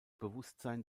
bewusstsein